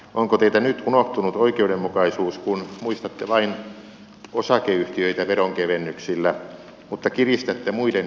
onko teiltä nyt unohtunut oikeudenmukaisuus kun muistatte vain osakeyhtiöitä veronkevennyksillä mutta kiristätte muiden yritysmuotojen verotusta